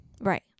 right